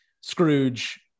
Scrooge